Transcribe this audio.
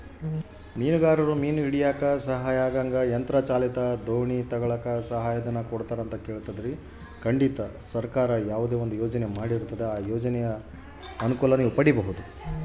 ಮೀನುಗಾರರು ಮೀನು ಹಿಡಿಯಕ್ಕ ಸಹಾಯ ಆಗಂಗ ಯಂತ್ರ ಚಾಲಿತ ದೋಣಿ ತಗಳಕ್ಕ ಸಹಾಯ ಧನ ಕೊಡ್ತಾರ